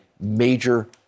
major